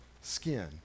skin